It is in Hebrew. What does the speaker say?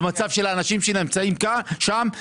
במצב של אנשים שנמצאים שם,